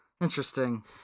Interesting